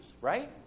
right